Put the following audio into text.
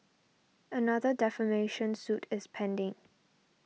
another defamation suit is pending